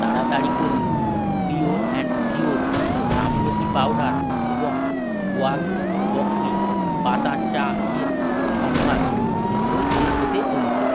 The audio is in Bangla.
তাড়াতাড়ি করুন পিওর অ্যাণ্ড শিওর আমলকি পাউডার এবং ওয়াঘ বকরি পাতা চা এর সম্ভার শীঘ্রই শেষ হতে চলেছে